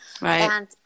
Right